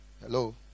Hello